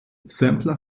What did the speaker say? sampler